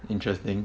interesting